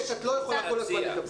שקט, את לא יכולה כל הזמן לדבר.